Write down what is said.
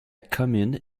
commune